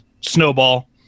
snowball